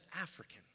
African